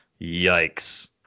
Yikes